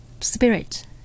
spirit